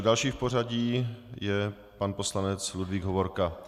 Další v pořadí je pan poslanec Ludvík Hovorka.